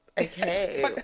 Okay